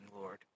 Lord